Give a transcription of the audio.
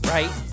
Right